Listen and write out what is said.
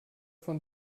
von